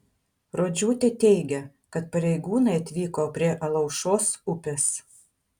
rodžiūtė teigia kad pareigūnai atvyko prie alaušos upės